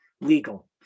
legal